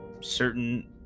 certain